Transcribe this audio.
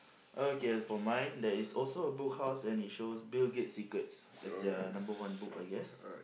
okay as for mine there is also a Book House and it shows Bill-Gates secrets as their number one book I guess